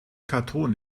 karton